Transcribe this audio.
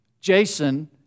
Jason